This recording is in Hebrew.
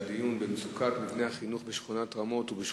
חבר הכנסת חנא סוייד שאל את שר החינוך ביום י"ח